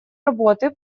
работы